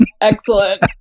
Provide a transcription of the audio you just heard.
Excellent